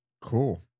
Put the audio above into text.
cool